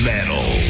Metal